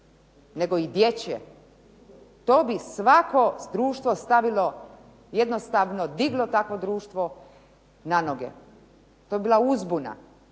nego i dječje. To bi svako društvo stavilo jednostavno diglo takvo društvo na noge, to bi bila uzbuna.